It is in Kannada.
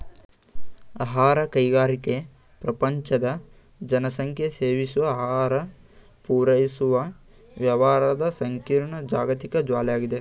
ಆಹಾರ ಕೈಗಾರಿಕೆ ಪ್ರಪಂಚದ ಜನಸಂಖ್ಯೆಸೇವಿಸೋಆಹಾರಪೂರೈಸುವವ್ಯವಹಾರದಸಂಕೀರ್ಣ ಜಾಗತಿಕ ಜಾಲ್ವಾಗಿದೆ